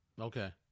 Okay